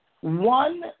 One